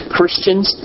Christians